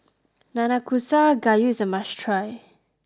Nanakusa Gayu is a must try